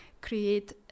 create